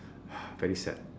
very sad